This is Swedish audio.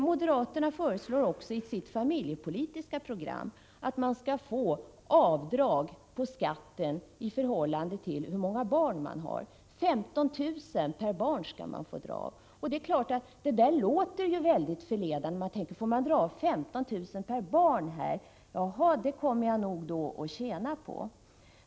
Moderaterna föreslår också, i sitt familjepolitiska program, att man skall få göra avdrag på skatten i förhållande till hur många barn man har. 15 000 kr. per barn skall man få dra av. Det är klart att detta låter förledande. Tänk, jag får dra av 15 000 kr. per barn. Det kommer jag nog att tjäna på, resonerar kanske några.